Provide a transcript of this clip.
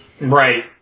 Right